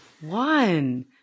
One